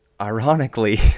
ironically